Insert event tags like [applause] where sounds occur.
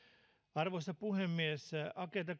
arvoisa puhemies agenda [unintelligible]